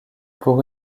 pour